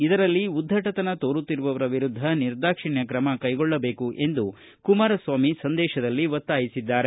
ಇದರಲ್ಲಿ ಉದ್ದಟತನ ತೋರುತ್ತಿರುವವರ ವಿರುದ್ದ ನಿರ್ದಾಕ್ಷಿಣ್ಯ ಕ್ರಮ ಕೈಗೊಳ್ಳಬೇಕು ಎಂದು ಸಂದೇಶದಲ್ಲಿ ಒತ್ತಾಯಿಸಿದ್ದಾರೆ